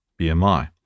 BMI